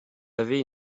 avait